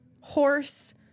Horse